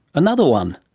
another one.